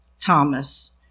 Thomas